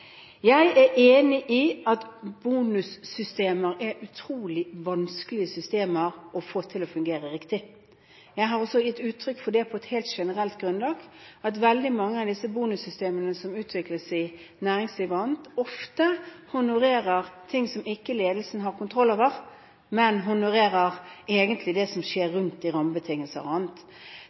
Jeg er enig i at bonussystemer er utrolig vanskelige systemer å få til å fungere riktig. Jeg har også gitt uttrykk for på et helt generelt grunnlag at veldig mange av disse bonussystemene som utvikles i næringslivet og annet, ofte honorerer ting som ikke ledelsen har kontroll over, men egentlig honorerer det som skjer rundt rammebetingelser og annet.